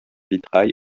vitrail